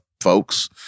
folks